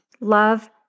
love